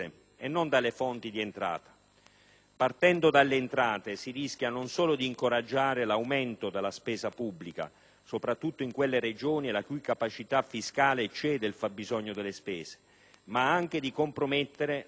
Partendo dalle entrate si rischia non solo di incoraggiare l'aumento della spesa pubblica, soprattutto in quelle Regioni la cui capacità fiscale eccede il fabbisogno delle spese, ma anche di compromettere la stabilità delle finanze statali.